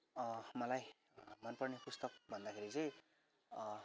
मलाई मनपर्ने पुस्तक भन्दाखेरि चाहिँ